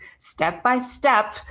step-by-step